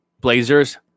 blazers